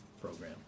program